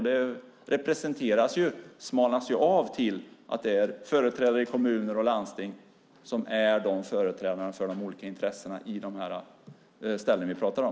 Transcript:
Det smalnas av till att det är företrädare i kommuner och landsting som är företrädarna för de olika intressena på de ställen vi pratar om.